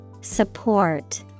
Support